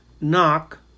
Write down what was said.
knock